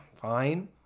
fine